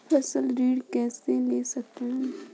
फसल ऋण कैसे ले सकते हैं?